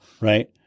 right